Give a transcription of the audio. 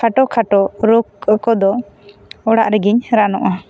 ᱠᱷᱟᱴᱚ ᱠᱷᱟᱴᱚ ᱨᱳᱠ ᱠᱚᱫᱚ ᱚᱲᱟᱜ ᱨᱮᱜᱮᱧ ᱨᱟᱱᱚᱜᱼᱟ